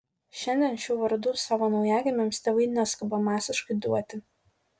šiandien šių vardų savo naujagimiams tėvai neskuba masiškai duoti